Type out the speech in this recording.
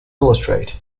illustrate